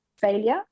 failure